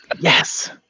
Yes